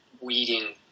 weeding